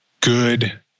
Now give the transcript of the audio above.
good